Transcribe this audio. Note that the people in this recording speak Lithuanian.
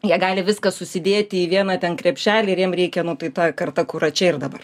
jie gali viską susidėti į vieną ten krepšelį ir jiem reikia nu tai ta karta kur čia ir dabar